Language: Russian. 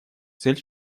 цель